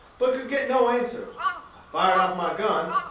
but could get no answer. i fired off my gun,